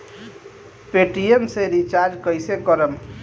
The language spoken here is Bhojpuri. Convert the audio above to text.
पेटियेम से रिचार्ज कईसे करम?